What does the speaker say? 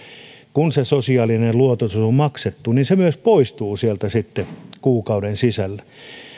kun se sosiaalinen luototus on on maksettu myös poistuu sieltä sitten kuukauden sisällä